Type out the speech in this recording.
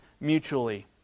mutually